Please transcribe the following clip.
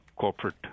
corporate